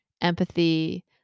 empathy